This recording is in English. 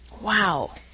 Wow